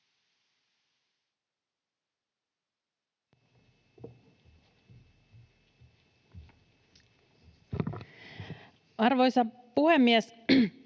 Arvoisa puhemies!